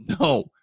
no